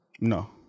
No